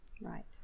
Right